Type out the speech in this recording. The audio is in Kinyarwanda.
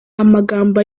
amagambo